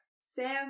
Sam